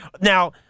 Now